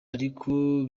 ariko